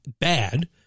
bad